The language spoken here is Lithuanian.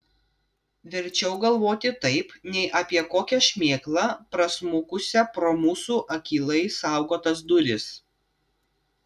verčiau galvoti taip nei apie kokią šmėklą prasmukusią pro mūsų akylai saugotas duris